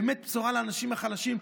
באמת בשורה לאנשים החלשים,